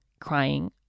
crying